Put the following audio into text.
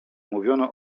mówiono